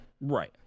Right